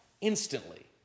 instantly